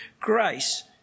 grace